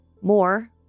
More